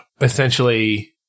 essentially